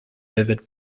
vivid